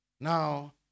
Now